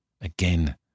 again